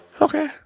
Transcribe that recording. Okay